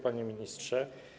Panie Ministrze!